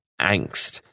angst